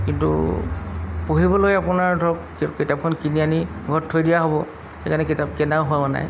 কিন্তু পঢ়িবলৈ আপোনাৰ ধৰক কিতাপখন কিনি আনি ঘৰত থৈ দিয়া হ'ব সেইকাৰণে কিতাপ কিনাও হোৱা নাই